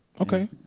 Okay